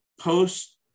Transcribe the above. post